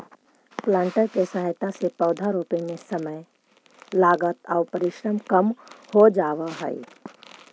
planter के सहायता से पौधा रोपे में समय, लागत आउ परिश्रम कम हो जावऽ हई